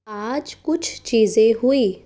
आज कुछ चीज़ें हुई